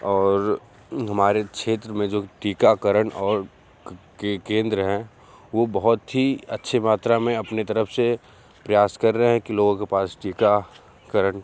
और हमारे क्षेत्र में जो टीकाकरण और केंद्र हैं वो बहुत ही अच्छी मात्रा में अपनी तरफ़ से प्रयास कर रहे हैं कि लोगो के पास टीकाकरण